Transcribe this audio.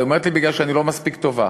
היא אומרת לי: בגלל שאני לא מספיק טובה.